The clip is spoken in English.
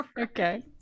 okay